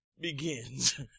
begins